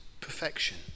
perfection